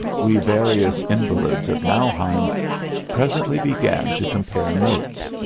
we various invalids of nauheim presently began to compare notes.